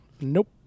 Nope